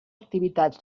activitats